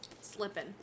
slipping